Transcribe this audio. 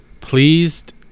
pleased